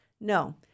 No